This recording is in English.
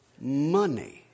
money